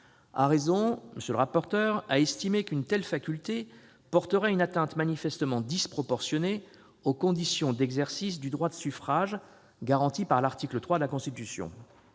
À raison, le rapporteur a estimé qu'une telle faculté porterait une atteinte manifestement disproportionnée aux conditions d'exercice du droit de suffrage garanti par l'article 3 de la Constitution.